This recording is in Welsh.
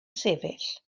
sefyll